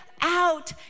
out